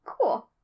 cool